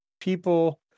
people